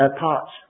parts